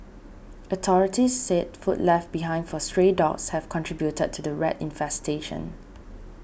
authorities said food left behind for stray dogs have contributed to the rat infestation